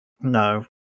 no